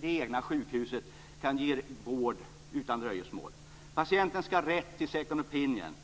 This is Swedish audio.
"det egna" sjukhuset kan ge vård utan dröjsmål. Patienten skall ha rätt till second opinion.